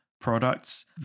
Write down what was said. products